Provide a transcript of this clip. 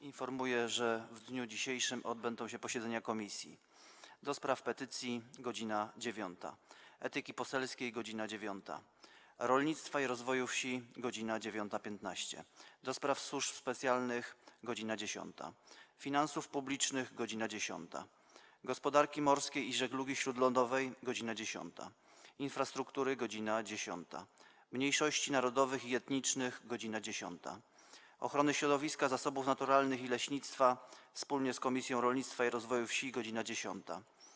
Informuję, że w dniu dzisiejszym odbędą się posiedzenia Komisji: - do Spraw Petycji - godz. 9, - Etyki Poselskiej - godz. 9, - Rolnictwa i Rozwoju Wsi - godz. 9.15, - do Spraw Służb Specjalnych - godz. 10, - Finansów Publicznych - godz. 10, - Gospodarki Morskiej i Żeglugi Śródlądowej - godz. 10, - Infrastruktury - godz. 10, - Mniejszości Narodowych i Etnicznych - godz. 10, - Ochrony Środowiska, Zasobów Naturalnych i Leśnictwa wspólnie z Komisją Rolnictwa i Rozwoju Wsi - godz. 10,